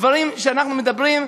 דברים שאנחנו מדברים,